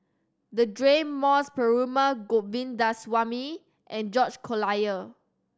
Deirdre Moss Perumal Govindaswamy and George Collyer